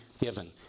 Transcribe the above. given